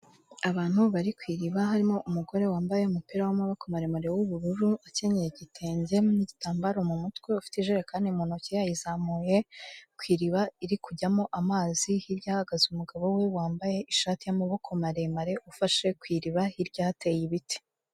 Abantu bari ku iriba harimo umugore wambaye umupira w'amaboko maremare w'ubururu akenyeye igitenge n'igitambaro mu mutwe, ufite ijerekani mu ntoki yayizamuye, ku iriba iri kujyamo amazi, hirya hahagaze umugabo we wambaye ishati y'amaboko maremare ufashe ku iriba, hirya hateye ibiti.